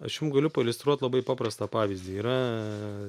aš jum galiu pailiustruot labai paprastą pavyzdį yra